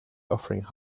offering